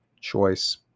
choice